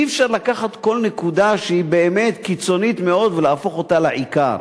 אי-אפשר לקחת כל נקודה שהיא באמת קיצונית מאוד ולהפוך אותה לעיקר,